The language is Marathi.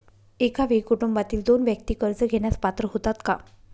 एका वेळी कुटुंबातील दोन व्यक्ती कर्ज घेण्यास पात्र होतात का?